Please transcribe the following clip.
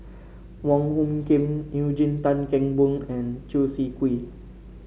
Wong Hung Khim Eugene Tan Kheng Boon and Chew Swee Kee